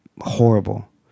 horrible